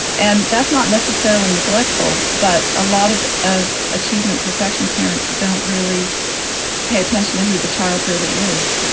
and that's not necessarily neglectful, but a lot of of achievement perfection parents don't really pay attention to who the child really is,